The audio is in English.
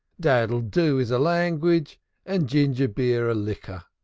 daddle-doo is a language and ginger-beer a liquor.